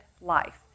life